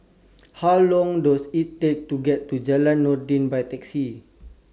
How Long Does IT Take to get to Jalan Noordin By Taxi